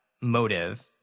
motive